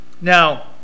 Now